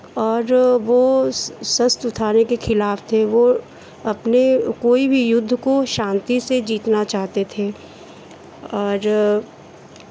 और वो शस्त्र उठाने के खिलाफ थे वो अपने कोई वी युद्ध को शांति से जीतना चाहते थे और